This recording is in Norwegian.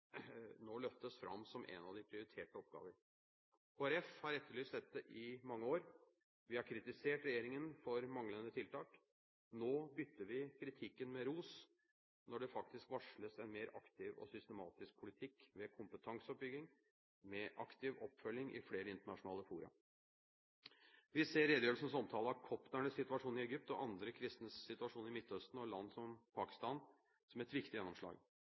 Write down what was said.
en av de prioriterte oppgaver. Kristelig Folkeparti har etterlyst dette i mange år. Vi har kritisert regjeringen for manglende tiltak. Nå bytter vi kritikken med ros, når det faktisk varsles en mer aktiv og systematisk politikk, med kompetanseoppbygging og med aktiv oppfølging i flere internasjonale fora. Vi ser redegjørelsens omtale av kopternes situasjon i Egypt og andre kristnes situasjon i Midtøsten og i land som Pakistan som et viktig gjennomslag.